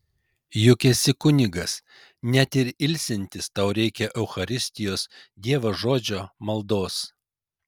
juk esi kunigas net ir ilsintis tau reikia eucharistijos dievo žodžio maldos